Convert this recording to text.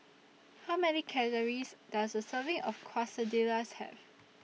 How Many Calories Does A Serving of Quesadillas Have